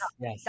yes